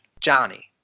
Johnny